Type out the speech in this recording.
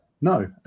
No